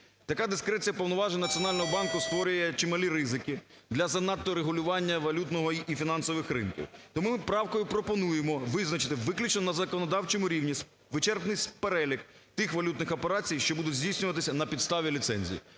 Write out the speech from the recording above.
Така дискреція повноважень Національного банку створює чималі ризики для занадто регулювання валютного і фінансових ринків. Тому ми правкою пропонуємо визначити виключно на законодавчому рівні вичерпний перелік тих валютних операцій, що будуть здійснюватися на підставі ліцензій.